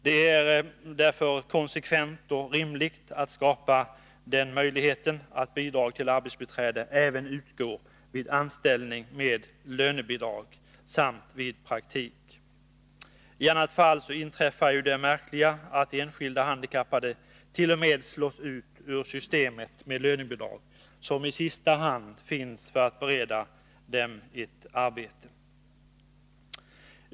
Det är därför konsekvent och rimligt att skapa den möjligheten, att bidrag till arbetsbiträde även utgår vid anställning med lönebidrag samt vid praktik. I annat fall inträffar det märkliga att enskilda handikappade t.o.m. slås ut ur systemet med lönebidrag, som i sista hand finns för att bereda dem ett arbete.